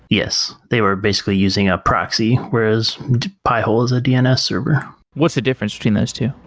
yes. they were basically using a proxy, whereas the pi-hole is a dns server what's the difference between those two?